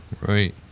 Right